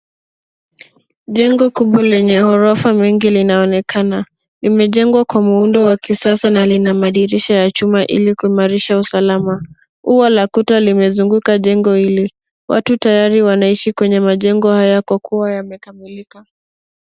Jengo kubwa lenye gorofa mingi linaonekana. Limejengwa kwa muundo wa kisasa na lina madirisha ya chuma ili kuimarisha usalama. Ua la kuta limezunguka jengo hili. Watu tayari wanaishi kwenye majengo haya kwakuwa yamekamilika.